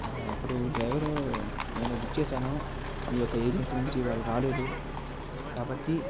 ఇప్పుడు డ్రైవరు నేను బుక్ చేశాను మీ యొక్క ఏజెన్సీ నుంచి వాళ్ళు రాలేదు కాబట్టి